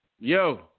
Yo